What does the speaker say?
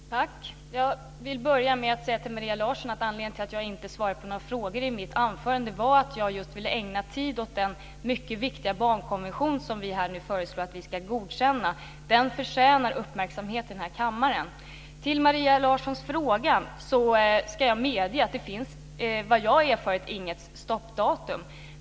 Fru talman! Jag vill börja med att säga till Maria Larsson att anledningen till att jag inte svarade på några frågor i mitt anförande var att jag ville ägna tid åt den mycket viktiga barnkonvention som vi föreslår att vi ska godkänna. Den förtjänar uppmärksamhet i denna kammare. Som svar på Maria Larssons fråga ska jag medge att det inte, vad jag erfarit, finns något stoppdatum.